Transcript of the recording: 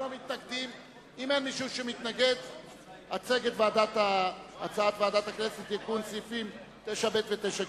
אנא הצג את הצעת ועדת הכנסת לתיקון סעיפים 9ב ו-9ג.